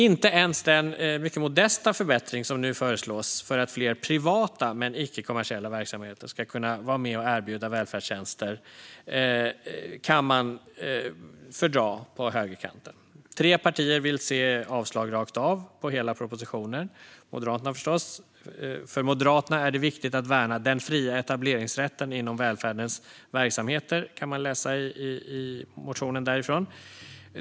Inte ens den mycket modesta förbättring som nu föreslås för att fler privata men icke-kommersiella verksamheter ska kunna vara med och erbjuda välfärdstjänster kan man fördra på högerkanten. Tre partier vill se avslag rakt av på hela propositionen. Det är förstås Moderaterna. För Moderaterna är det viktigt "att värna den fria etableringsrätten inom välfärdens verksamheter", vilket man kan läsa i deras motion.